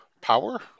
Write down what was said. power